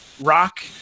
rock